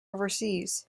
overseas